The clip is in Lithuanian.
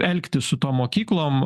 elgtis su tom mokyklom